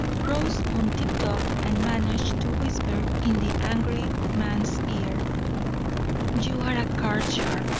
rose on tiptoe and managed to whisper in the angry man's ear you are a card-sharp,